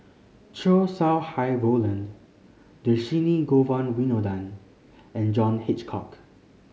Chow Sau Hai Roland Dhershini Govin Winodan and John Hitchcock